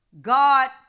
God